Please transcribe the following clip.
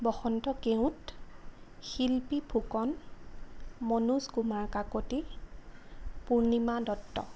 Basanta Keot Shilpi Phukan Manoj Kumar Kakati Purnima Dutta